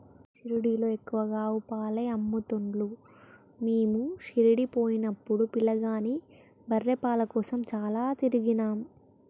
షిరిడీలో ఎక్కువగా ఆవు పాలే అమ్ముతున్లు మీము షిరిడీ పోయినపుడు పిలగాని బర్రె పాల కోసం చాల తిరిగినం